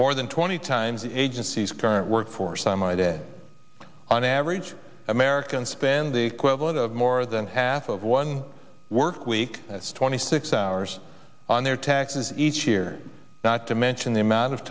more than twenty times the agency's current work force them a day on average americans spend the equivalent of more than half of one workweek that's twenty six hours on their taxes each year not to mention the amount of